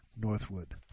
Northwood